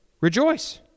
rejoice